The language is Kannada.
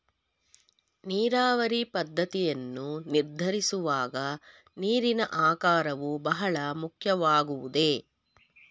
ನೀರಾವರಿ ಪದ್ದತಿಯನ್ನು ನಿರ್ಧರಿಸುವಾಗ ನೀರಿನ ಆಕಾರವು ಬಹಳ ಮುಖ್ಯವಾಗುವುದೇ?